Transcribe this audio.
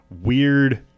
weird